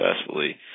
successfully